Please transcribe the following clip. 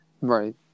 Right